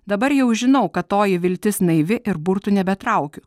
dabar jau žinau kad toji viltis naivi ir burtų nebetraukiu